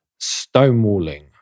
stonewalling